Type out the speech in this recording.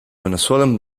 venezuelan